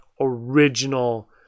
original